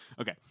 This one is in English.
Okay